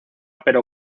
pero